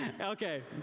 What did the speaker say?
Okay